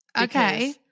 Okay